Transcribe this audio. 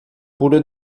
puro